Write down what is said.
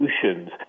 solutions